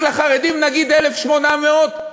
רק לחרדים נגיד 1,800?